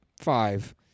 five